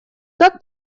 как